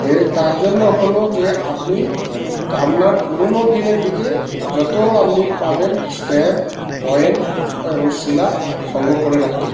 এ তার জন্য হল যে আপনি তা আপনার পুরনো দিনের দিকে যত আপনি পাবেন স্ট্যাম্প কয়েন এবং শিলা সংগ্রহ করে রাখতে